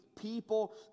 people